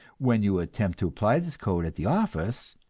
when you attempt to apply this code at the office,